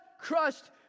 crushed